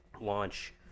launch